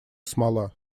смола